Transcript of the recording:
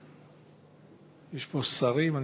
יש פה שרים?